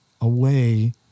away